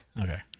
Okay